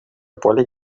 поле